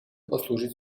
послужит